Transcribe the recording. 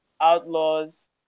outlaws